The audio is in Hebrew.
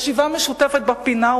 ישיבה משותפת בפינה,